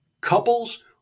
Couples